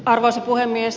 arvoisa puhemies